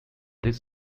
this